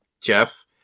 Jeff